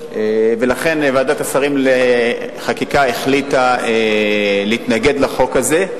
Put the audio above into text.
ולכן ועדת השרים לחקיקה החליטה להתנגד לחוק הזה.